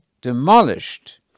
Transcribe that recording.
demolished